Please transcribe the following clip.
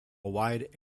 wide